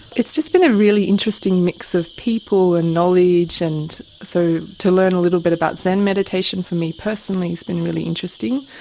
just been a really interesting mix of people and knowledge. and so to learn little bit about zen meditation for me personally has been really interesting,